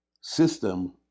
system